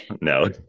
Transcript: No